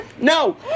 No